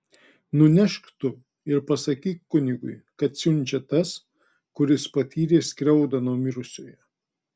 nunešk tu ir pasakyk kunigui kad siunčia tas kuris patyrė skriaudą nuo mirusiojo